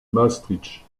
maastricht